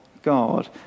God